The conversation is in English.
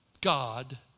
God